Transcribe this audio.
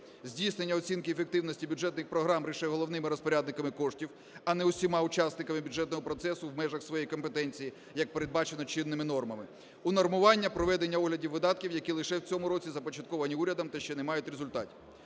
здійснення оцінки ефективності бюджетних програм лише головними розпорядниками коштів, а не усіма учасниками бюджетного процесу в межах своєї компетенції, як передбачено чинними нормами, унормування проведення оглядів видатків, які лише в цьому році започатковані урядом та ще не мають результатів.